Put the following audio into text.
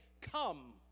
come